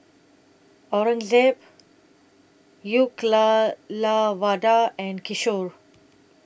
Aurangzeb Uyyalawada and Kishore